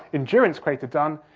endurance crater done,